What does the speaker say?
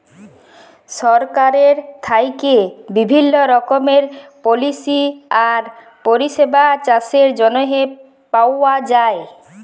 সরকারের থ্যাইকে বিভিল্ল্য রকমের পলিসি আর পরিষেবা চাষের জ্যনহে পাউয়া যায়